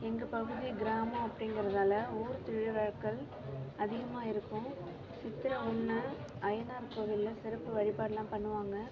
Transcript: எங்கள் பகுதி கிராமம் அப்படிங்கிறதால ஊர் திருவிழாக்கள் அதிகமாக இருக்கும் சித்திரை ஒன்று ஐயனார் கோவில்ல சிறப்பு வழிபாடெலாம் பண்ணுவாங்கள்